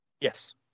Yes